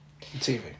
TV